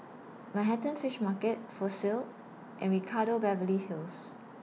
Manhattan Fish Market Fossil and Ricardo Beverly Hills